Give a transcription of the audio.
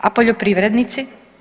A poljoprivrednici?